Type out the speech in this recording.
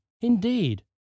indeed